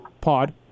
pod